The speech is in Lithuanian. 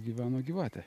gyveno gyvatė